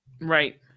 Right